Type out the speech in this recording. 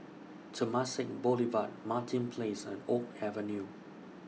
Temasek Boulevard Martin Place and Oak Avenue